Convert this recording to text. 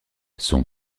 son